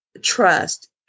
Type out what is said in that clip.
trust